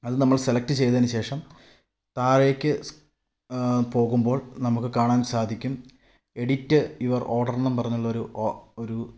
അത് നമ്മള് സെലക്റ്റ് ചെയ്തതിന് ശേഷം താഴേക്ക് പോകുമ്പോള് നമുക്ക് കാണാന് സാധിക്കും എഡിറ്റ് യുവര് ഓഡര്ന്നും പറഞ്ഞുള്ളൊരു ഒ ഒരൂ